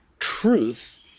truth